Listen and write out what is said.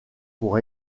pour